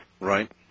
Right